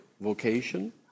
vocation